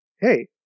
Hey